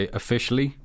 officially